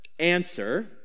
answer